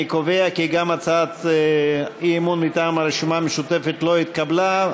אני קובע כי גם הצעת האי-אמון מטעם הרשימה המשותפת לא התקבלה.